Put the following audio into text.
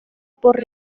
por